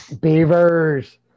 Beavers